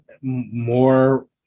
more